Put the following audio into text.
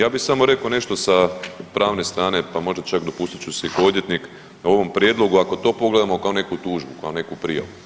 Ja bi samo rekao nešto sa pravne strane, pa možda čak dopustit ću si ko odvjetnik o ovom prijedlogu ako to pogledamo kao neku tužbu, kao neku prijavu.